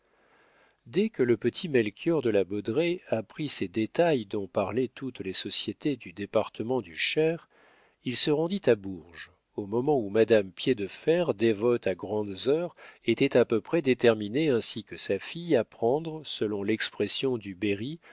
dès que le petit melchior de la baudraye apprit ces détails dont parlaient toutes les sociétés du département du cher il se rendit à bourges au moment où madame piédefer dévote à grandes heures était à peu près déterminée ainsi que sa fille à prendre selon l'expression du berry